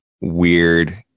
weird